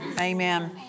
Amen